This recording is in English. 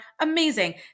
amazing